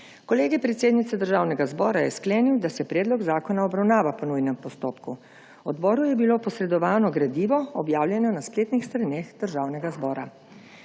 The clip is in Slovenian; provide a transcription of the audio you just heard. Kolegij predsednice Državnega zbora je sklenil, da se predlog zakona obravnava po nujnem postopku. Odboru je bilo posredovano gradivo, objavljeno na spletnih straneh Državnega zbora.